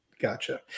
gotcha